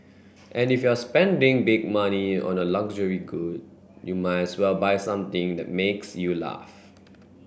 and if you're spending big money on a luxury good you might as well buy something that makes you laugh